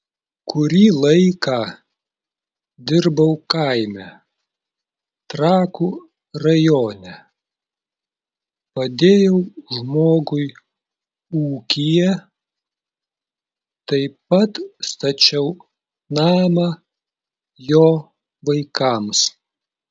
kurį laiką dirbau kaime trakų rajone padėjau žmogui ūkyje taip pat stačiau namą jo vaikams